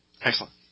Excellent